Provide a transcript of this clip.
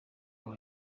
aho